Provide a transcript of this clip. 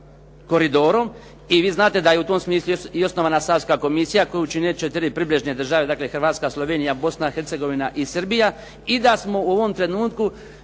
koridorom i vi znate da je u tom smislu i osnovana Savska komisija koju čine četiri približne države, dakle Hrvatska, Slovenija, Bosna i Hercegovine i Srbija i da smo u ovom trenutku